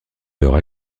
l’heure